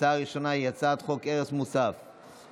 הצעה ראשונה היא הצעת חוק מס ערך מוסף (תיקון,